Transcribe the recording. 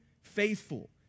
faithful